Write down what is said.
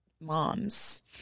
moms